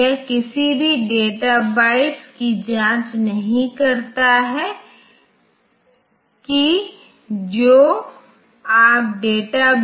तो यह 0 1 रजिस्टर से बाहर चला जाएगा और स्रोत रजिस्टर सामग्री 0 हो जाएगी और जब स्रोत रजिस्टर सामग्री 0 हो जाती है तो 5 के साथ गुणा करने की कोशिश करने का कोई मतलब नहीं है और इस आंशिक राशि को अंततः जोड़ा जाना है